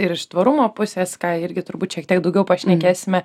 ir iš tvarumo pusės ką irgi turbūt šiek tiek daugiau pašnekėsime